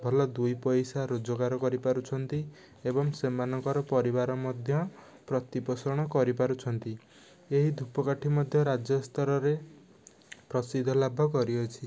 ଭଲ ଦୁଇ ପଇସା ରୋଜଗାର କରିପାରୁଛନ୍ତି ଏବଂ ସେମାନଙ୍କର ପରିବାର ମଧ୍ୟ ପ୍ରତିପୋଷଣ କରିପାରୁଛନ୍ତି ଏହି ଧୂପକାଠି ମଧ୍ୟ ରାଜ୍ୟ ସ୍ତରରେ ପ୍ରସିଦ୍ଧ ଲାଭ କରିଅଛି